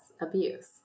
abuse